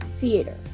theater